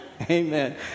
Amen